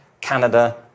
Canada